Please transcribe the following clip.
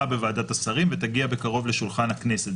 בוועדת השרים ותגיע בקרוב לשולחן הכנסת.